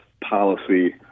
policy